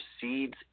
seeds